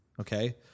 okay